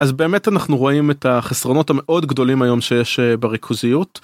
אז באמת אנחנו רואים את החסרונות המאוד גדולים היום שיש אה.. בריכוזיות.